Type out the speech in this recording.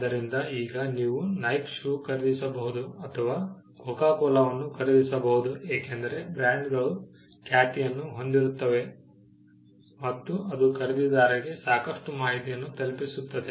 ಆದ್ದರಿಂದ ಈಗ ನೀವು ನೈಕ್ ಶೂ ಖರೀದಿಸಬಹುದು ಅಥವಾ ಕೋಕಾ ಕೋಲಾವನ್ನು ಖರೀದಿಸಬಹುದು ಏಕೆಂದರೆ ಬ್ರ್ಯಾಂಡ್ಗಳು ಖ್ಯಾತಿಯನ್ನು ಹೊಂದಿರುತ್ತದೆ ಮತ್ತು ಅದು ಖರೀದಿದಾರರಿಗೆ ಸಾಕಷ್ಟು ಮಾಹಿತಿಯನ್ನು ತಲುಪಿಸುತ್ತದೆ